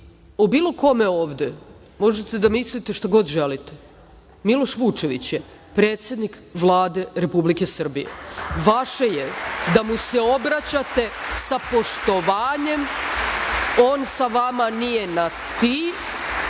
o bilo kome ovde možete da mislite šta god želite. Miloš Vučević je predsednik Vlade Republike Srbije. Vaše je da mu se obraćate sa poštovanjem. On sa vama nije na ti,